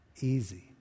easy